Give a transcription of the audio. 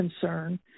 concern